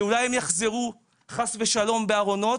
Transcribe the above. שאולי הם יחזרו חס ושלום בארונות,